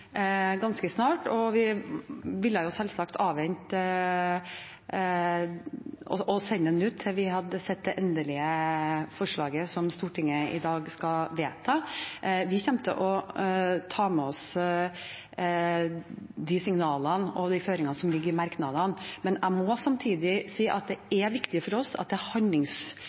ganske snart. Vi ville selvsagt avvente å sende den ut til vi hadde sett det endelige forslaget som Stortinget i dag skal vedta. Vi kommer til å ta med oss de signalene og de føringene som ligger i merknadene, men jeg må samtidig si at det er viktig for oss at det